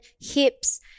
hips